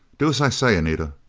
do as i say, anita.